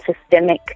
systemic